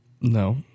No